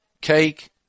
cake